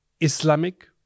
Islamic